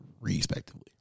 respectively